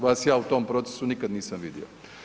Vas ja u tom procesu nikad nisam vidio.